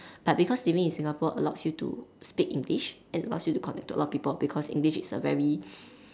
but because living in Singapore allows you to speak English and allows you to connect to a lot of people because English is a very